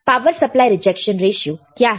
power supply rejection ratio क्या है